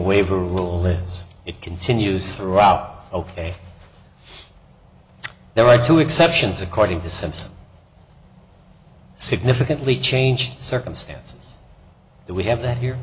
waiver rule is it continues throughout ok there are two exceptions according to simpson significantly changed circumstances that we have that here